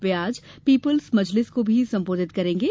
वे आज पीपल्स मजलिस को भी संबोधित करेंगे